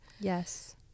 Yes